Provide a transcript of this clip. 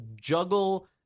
juggle